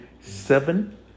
seven